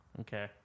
Okay